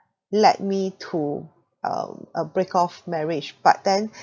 led me to um a break off marriage but then